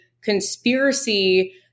conspiracy